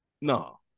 No